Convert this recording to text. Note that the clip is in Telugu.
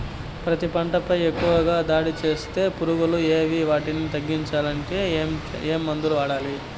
పత్తి పంట పై ఎక్కువగా దాడి సేసే పులుగులు ఏవి వాటిని తగ్గించేకి ఎట్లాంటి మందులు వాడాలి?